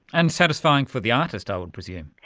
and satisfying for the artist, i would presume.